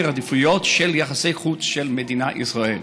העדיפויות של יחסי החוץ של מדינת ישראל.